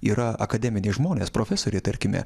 yra akademiniai žmonės profesoriai tarkime